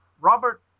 robert